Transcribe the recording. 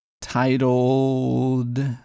Titled